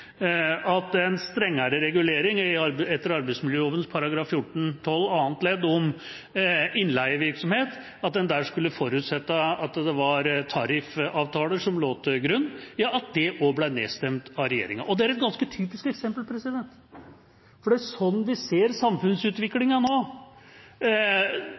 at en ved strengere regulering etter arbeidsmiljøloven § 14-12 andre ledd om innleievirksomhet skulle forutsette at det var tariffavtaler som lå til grunn, at det også ble nedstemt. Det er et ganske typisk eksempel, for det er sånn vi ser